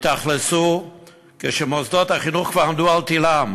התאכלסו כשמוסדות החינוך כבר עמדו על תלם,